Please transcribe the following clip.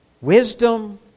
Wisdom